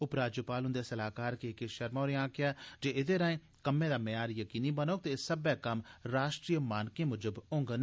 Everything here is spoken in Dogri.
उपराज्यपाल हुंदे सलाहकार के के शर्मा होरें आखेआ जे एह्दे राएं कम्में दा मय्यार यकीनी बनोग ते एह् सब्बै कम्म राष्ट्री मानकें मुजब होङन